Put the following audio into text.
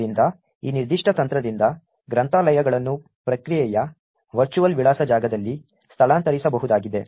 ಆದ್ದರಿಂದ ಈ ನಿರ್ದಿಷ್ಟ ತಂತ್ರದಿಂದ ಗ್ರಂಥಾಲಯಗಳನ್ನು ಪ್ರಕ್ರಿಯೆಯ ವರ್ಚುವಲ್ ವಿಳಾಸ ಜಾಗದಲ್ಲಿ ಸ್ಥಳಾಂತರಿಸಬಹುದಾಗಿದೆ